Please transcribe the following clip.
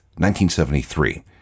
1973